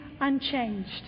unchanged